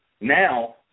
Now